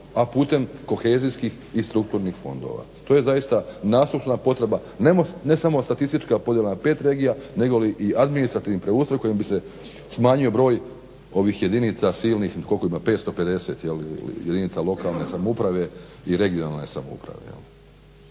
a putem kohezijskih i strukturnih fondova. To je zaista nasušna potreba, ne samo statistička podjela na pet regija, negoli i administrativni preustroj kojim bi se smanjio broj ovih jedinica silnih koliko ih ima 550, je li, 550 jedinica lokalne samouprave i regionalne samouprave.